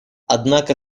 однако